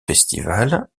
festivals